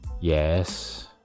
yes